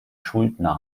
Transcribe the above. schuldner